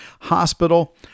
Hospital